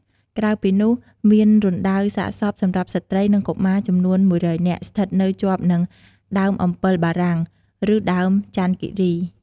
ក្រៅពីនោះ មានរណ្តៅសាកសពសម្រាប់ស្ត្រី និងកុមារចំនួន១០០នាក់ ស្ថិតនៅជាប់នឹងដើមអម្ពិលបារាំង ឬដើមចន្ទគិរី ។